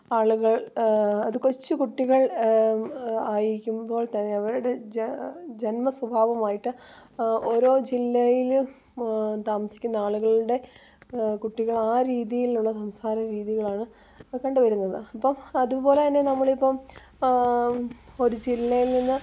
ആളുകൾ അത് കൊച്ചു കുട്ടികൾ ആയിരിക്കുമ്പോൾ തന്നെ അവരുടെ ജന്മ സ്വഭാവമായിട്ട് ഓരോ ജില്ലയിൽ താമസിക്കുന്ന ആളുകളുടെ കുട്ടികൾ ആ രീതിയിലുള്ള സംസാര രീതികളാണ് കണ്ടുവരുന്നത് അപ്പം അതുപോലെ തന്നെ നമ്മളിപ്പം ഒരു ജില്ലയിൽ നിന്ന്